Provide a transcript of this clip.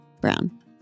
Brown